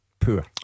poor